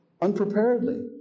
unpreparedly